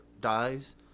dies